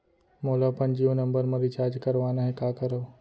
मोला अपन Jio number म रिचार्ज करवाना हे, का करव?